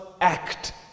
act